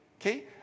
Okay